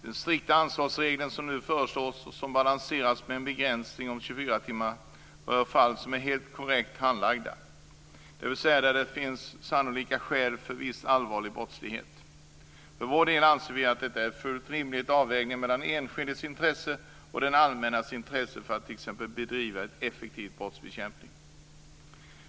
Den strikta ansvarsregel som nu föreslås, och som balanseras av en begränsning om 24 timmar, rör fall som är helt korrekt handlagda, dvs. där det finns sannolika skäl att misstänka viss allvarlig brottslighet. För vår del anser vi att det här är en fullt rimlig avvägning mellan den enskildes intresse och det allmännas intresse för att t.ex. bedriva en effektiv brottsbekämpning.